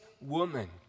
woman